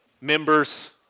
members